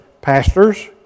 pastors